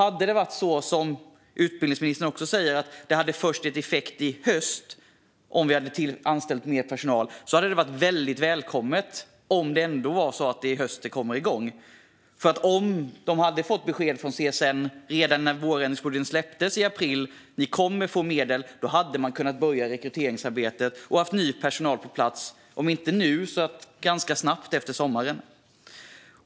Hade det varit så som utbildningsministern säger att det skulle ha gett effekt först i höst om man anställt mer personal hade det varit väldigt välkommet, om det är i höst det kommer igång. Om CSN hade fått besked om att de skulle få medel redan när vårändringsbudgeten släpptes i april hade de kunnat påbörja rekryteringsarbetet och haft ny personal på plats - om inte nu så ganska snart efter sommaren.